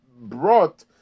brought